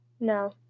No